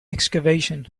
excavation